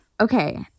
Okay